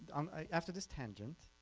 um ah after this tangent,